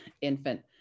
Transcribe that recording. infant